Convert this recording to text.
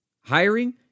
Hiring